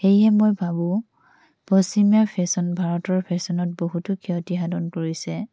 সেয়েহে মই ভাবোঁ পশ্চিমীয়া ফেশ্বন ভাৰতৰ ফেশ্বনত বহুতো ক্ষতি সাধন কৰিছে